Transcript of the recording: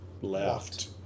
left